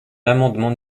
l’amendement